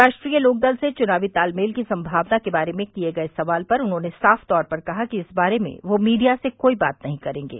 राष्ट्रीय लोकदल से चुनावी तालमेल की संभावना के बारे में किये गये सवाल पर उन्होंने साफ़ तौर पर कहा कि इस बारे में वह मीडिया से कोई बात नहीं करेंगे